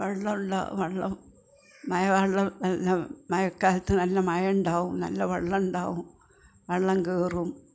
വെള്ളമുണ്ടാവും വെള്ളം മഴവെള്ളം എല്ലാം മഴക്കാലത്ത് നല്ല മഴയുണ്ടാവും നല്ല വെള്ളമുണ്ടാവും വെള്ളം കയറും